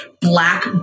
Black